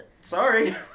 Sorry